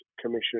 Commission